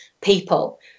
people